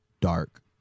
dark